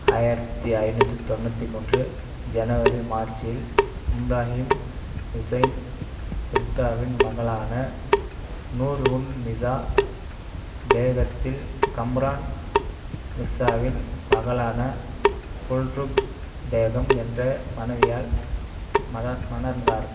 ஆயிரத்தி ஐந்நூற்றி தொண்ணூற்றி மூன்று ஜனவரி மார்ச்சில் இப்ராஹிம் ஹுசைன் மிர்சாவின் மகளான நூர் உன் நிசா பேகத்தில் கம்ரான் மிர்சாவின் மகளான குல்ருக் பேகம் என்ற மனைவியால் மல மணர்ந்தார்